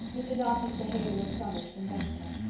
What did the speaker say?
mr. darcy's behaviour astonished and vexed her.